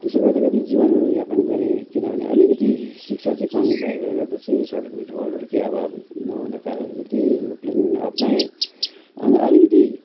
त्यसो गर्दै गर्दै जीवन यापन गरेँ किनभने अलिकति शिक्षा चाहिँ कमी भएकोले गर्दा चाहिँ सर्टिफिकेट होल्डर के अब नहुनको कारणले चाहिँ त्यही अपनाए अनि अलिकति